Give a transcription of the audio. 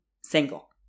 single